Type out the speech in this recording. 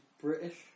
British